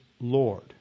Lord